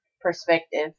perspective